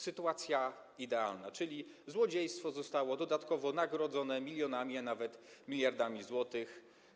Sytuacja idealna, czyli złodziejstwo zostało dodatkowo nagrodzone milionami, a nawet miliardami złotych.